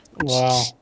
Wow